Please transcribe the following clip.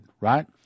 right